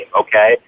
okay